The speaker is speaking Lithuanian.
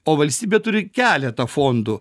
o valstybė turi keletą fondų